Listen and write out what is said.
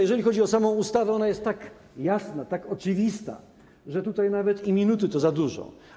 Jeżeli chodzi o samą ustawę, ona jest tak jasna, tak oczywista, że nawet minuta to za dużo.